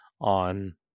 on